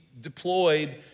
deployed